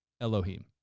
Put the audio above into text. Elohim